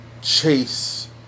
Chase